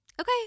Okay